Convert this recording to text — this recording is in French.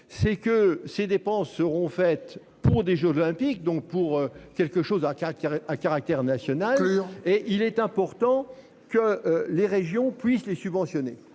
c'est que ces dépenses seront faites pour des Jeux olympiques, donc pour quelque chose à Caracas à caractère national. Et il est important que les régions puissent les subventionner